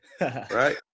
right